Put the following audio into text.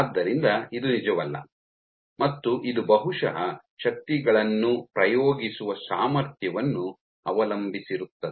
ಆದ್ದರಿಂದ ಇದು ನಿಜವಲ್ಲ ಮತ್ತು ಇದು ಬಹುಶಃ ಶಕ್ತಿಗಳನ್ನು ಪ್ರಯೋಗಿಸುವ ಸಾಮರ್ಥ್ಯವನ್ನು ಅವಲಂಬಿಸಿರುತ್ತದೆ